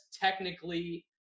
technically